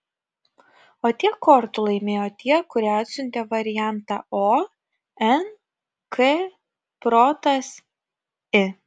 o tiek kortų laimėjo tie kurie atsiuntė variantą o n k protas i